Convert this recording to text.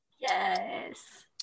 Yes